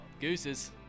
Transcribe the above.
gooses